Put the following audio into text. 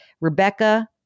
Rebecca